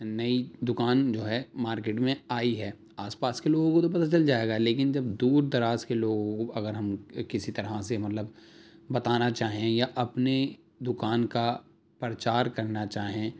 نئی دکان جو ہے مارکٹ میں آئی ہے آس پاس کے لوگوں کو تو پتا چل جائے گا لیکن جب دور دراز کے لوگوں کو اگر ہم کسی طرح سے مطلب بتانا چاہیں یا اپنی دکان کا پرچار کرنا چاہیں